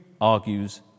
argues